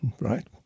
right